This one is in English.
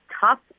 tough